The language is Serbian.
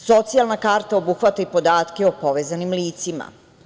Socijalna karta obuhvata i podatke o povezanim licima.